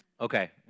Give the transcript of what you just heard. Okay